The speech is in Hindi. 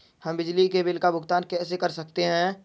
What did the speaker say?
हम बिजली के बिल का भुगतान कैसे कर सकते हैं?